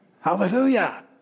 Hallelujah